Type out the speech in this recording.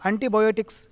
antibiotics